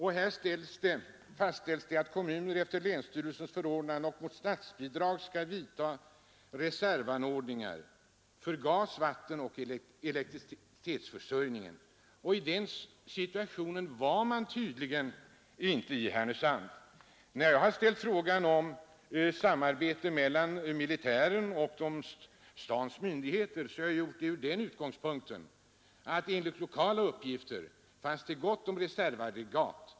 Här fastställs det att kommuner efter länsstyrelsens förordnande och mot statsbidrag skall skaffa sig reservanordningar för gas-, vattenoch elektricitetsförsörjningen. I den situationen var man tydligen inte i Härnösand. När jag ställde frågan om samarbete mellan militären och stadens myndigheter gjorde jag det från den utgångspunkten att det enligt lokala uppgifter fanns gott om reservaggregat.